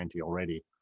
already